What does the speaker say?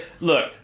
Look